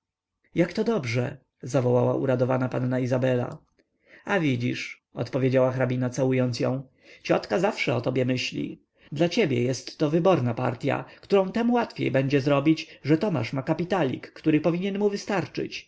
odwiedził jakto dobrze zawołała uradowana panna izabela a widzisz odpowiedziała hrabina całując ją ciotka zawsze o tobie myśli dla ciebie jestto wyborna partya którą tem łatwiej będzie zrobić że tomasz ma kapitalik który powinien mu wystarczyć